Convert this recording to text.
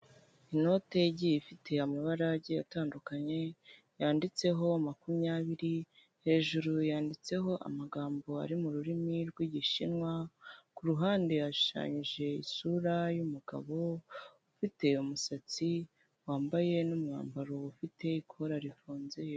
Inote yagiye ifite amabarage atandukanye, yanditseho makumyabiri, hejuru yanditseho amagambo ari mu rurimi rw'Igishinwa, ku ruhande hashushanyije isura y'umugabo ufite umusatsi wambaye n'umwambaro ufite ikora rifunze.